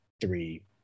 three